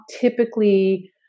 typically